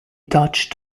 touched